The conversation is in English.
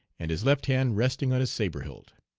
and his left hand resting on his sabre hilt.